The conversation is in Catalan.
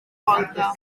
volta